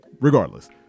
Regardless